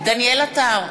דניאל עטר,